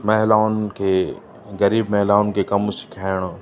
महिलाउनि खे ग़रीब महिलाउनि खे कम सिखाइण